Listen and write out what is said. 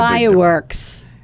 Fireworks